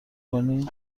کنی